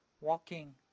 Walking